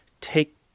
take